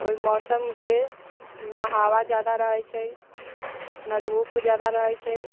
ओहि मौसमके नहि हवा ज्यादा रहै छै नहि धूप ज्यादा रहै छै